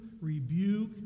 rebuke